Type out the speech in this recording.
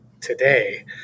today